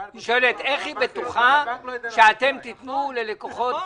שואלת: איך היא בטוחה שאתם תיתנו לכלל הלקוחות,